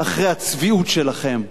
אחרי הצביעות שלכם.